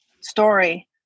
story